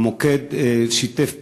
המוקד שיתף פעולה,